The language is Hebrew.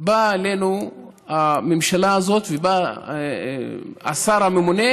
באה אלינו הממשלה הזאת ובא השר הממונה,